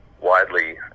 widely